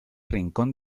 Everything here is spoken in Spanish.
rincón